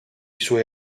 suoi